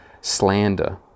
slander